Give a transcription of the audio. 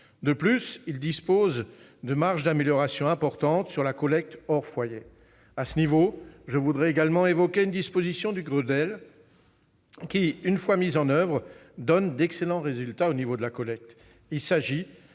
De plus, la marge d'amélioration sur la collecte hors foyer est importante. À ce niveau, je voudrais également évoquer une disposition du Grenelle qui, une fois mise en oeuvre, donne d'excellents résultats au niveau de la collecte